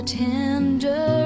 tender